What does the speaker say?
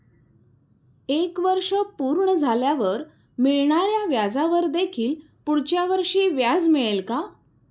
एक वर्ष पूर्ण झाल्यावर मिळणाऱ्या व्याजावर देखील पुढच्या वर्षी व्याज मिळेल का?